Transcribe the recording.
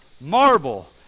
marble